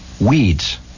weeds